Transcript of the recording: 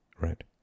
right